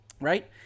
right